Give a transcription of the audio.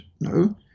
No